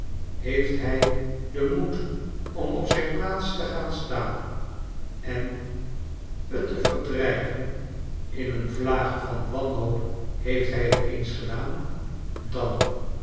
heeft hij den moed om op zijn plaats te gaan staan en t te verdryven in een vlaag van wanhoop heeft hij t eens gedaan dan